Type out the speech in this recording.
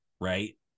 Right